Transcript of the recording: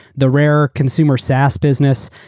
the rare consumer saas business,